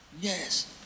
yes